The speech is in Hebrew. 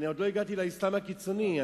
עוד לא הגעתי לאסלאם הקיצוני.